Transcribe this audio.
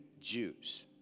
Jews